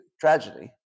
tragedy